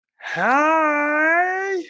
Hi